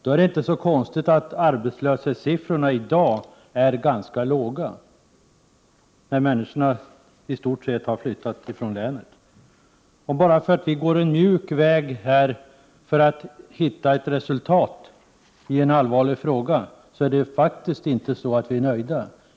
Då är det inte så konstigt att arbetslöshetssiffrorna i dag är ganska låga, när människorna i stort sett har flyttat ifrån länet. Och bara för att socialdemokraterna här går en mjuk väg för att hitta resultat i en allvarlig fråga, kan inte vi i folkpartiet vara nöjda.